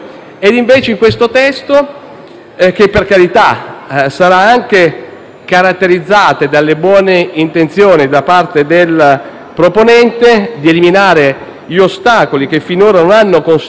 il testo in esame, benché caratterizzato dalle buone intenzioni da parte del proponente, volte ad eliminare gli ostacoli che finora non hanno consentito alle isole minori